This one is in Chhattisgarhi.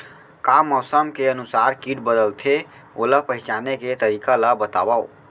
का मौसम के अनुसार किट बदलथे, ओला पहिचाने के तरीका ला बतावव?